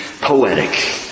poetic